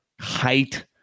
height